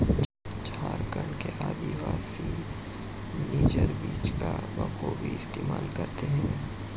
झारखंड के आदिवासी नाइजर बीज का बखूबी इस्तेमाल करते हैं